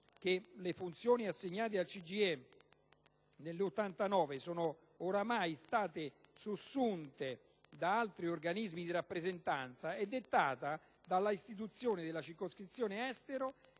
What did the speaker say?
che le funzioni assegnate al CGIE nel 1989 sono ormai state sussunte da altri organismi di rappresentanza è dettata dalla istituzione della circoscrizione Estero